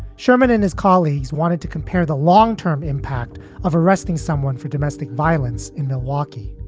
sherman and his colleagues wanted to compare the long term impact of arresting someone for domestic violence in milwaukee.